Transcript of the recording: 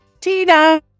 Tina